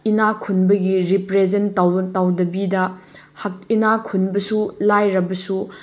ꯏꯅꯥꯛ ꯈꯨꯟꯕꯒꯤ ꯔꯤꯄ꯭ꯔꯦꯖꯦꯟ ꯇꯧꯗꯕꯤꯗ ꯏꯅꯥꯛ ꯈꯨꯟꯕꯁꯨ ꯂꯥꯏꯔꯕꯁꯨ